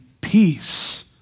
peace